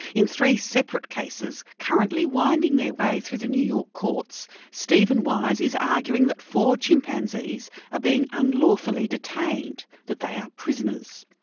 in three separate cases currently winding their way through the new york courts, steven wise is arguing that four chimpanzees are being unlawfully detained, that they are prisoners.